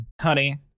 honey